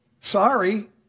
sorry